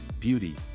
beauty